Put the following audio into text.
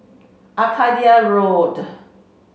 Arcadia Road